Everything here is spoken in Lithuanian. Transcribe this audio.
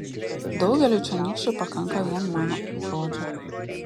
daugeliui čionykščių pakanka vien mano žodžio